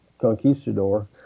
conquistador